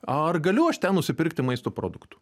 ar galiu aš ten nusipirkti maisto produktų